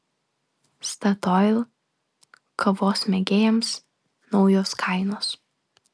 statoil kavos mėgėjams naujos kainos